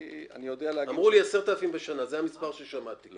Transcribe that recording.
אמרו לי 10,000 בשנה, זה המספר ששמעתי.